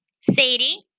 Sadie